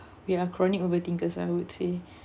we are chronic overthinkers lah I would say